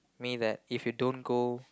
me that if you don't go